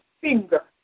finger